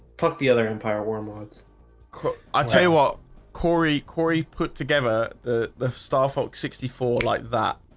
fuck the other end pyre warm odds i'll tell you what cory cory put together the the star fox sixty four like that.